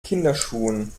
kinderschuhen